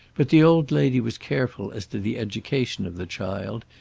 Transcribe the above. but the old lady was careful as to the education of the child,